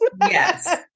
Yes